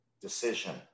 decision